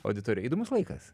auditoriją įdomus laikas